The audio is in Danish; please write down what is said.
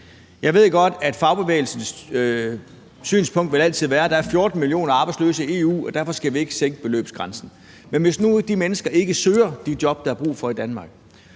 Jeg ved godt, at fagbevægelsens synspunkt altid vil være, at der er 14 millioner arbejdsløse i EU, og at vi derfor ikke skal sænke beløbsgrænsen. Men hvis nu de mennesker ikke søger de job, der er brug for at